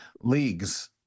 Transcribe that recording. leagues